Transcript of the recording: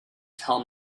tell